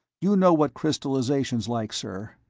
you know what crystallization's like, sir.